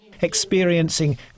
experiencing